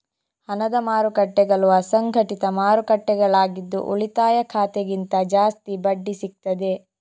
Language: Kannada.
ಹಣದ ಮಾರುಕಟ್ಟೆಗಳು ಅಸಂಘಟಿತ ಮಾರುಕಟ್ಟೆಗಳಾಗಿದ್ದು ಉಳಿತಾಯ ಖಾತೆಗಿಂತ ಜಾಸ್ತಿ ಬಡ್ಡಿ ಸಿಗ್ತದೆ